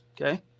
okay